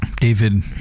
David